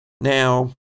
Now